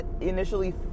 initially